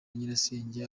nyirasenge